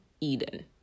Eden